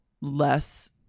less